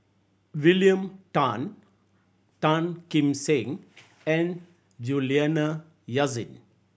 William Tan Tan Kim Seng and Juliana Yasin